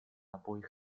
обоих